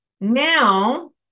now